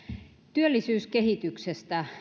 työllisyyskehitykseen